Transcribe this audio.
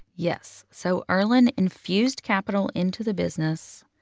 yes. so erlan infused capital into the business.